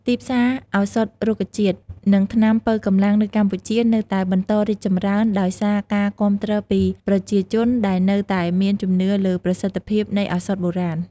ទីផ្សារឱសថរុក្ខជាតិ និងថ្នាំប៉ូវកម្លាំងនៅកម្ពុជានៅតែបន្តរីកចម្រើន ដោយសារការគាំទ្រពីប្រជាជនដែលនៅតែមានជំនឿលើប្រសិទ្ធភាពនៃឱសថបុរាណ។